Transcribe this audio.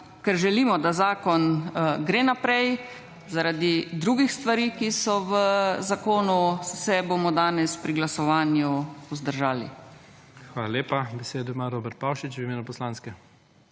ker želimo, da zakon gre naprej zaradi drugih stvari, ki so v zakonu, se bomo danes pri glasovanju vzdržali. **PREDSEDNIK IGOR ZORČIČ:** Hvala lepa. Besedo ima Robert Pavšič v imenu poslanske.